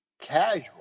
casual